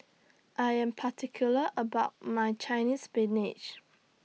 I Am particular about My Chinese Spinach